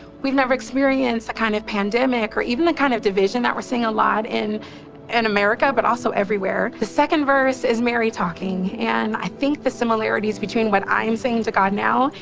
we've never experienced the kind of pandemic, or even the kind of division that we're seeing a lot in and america, but also everywhere. the second verse is mary talking. and i think the similarities between what i am saying to god now,